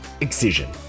Excision